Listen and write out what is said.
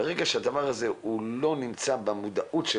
ברגע שהדבר הזה לא נמצא במודעות של